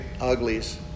uglies